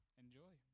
Enjoy